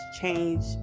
change